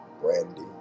Brandy